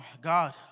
God